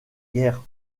guerres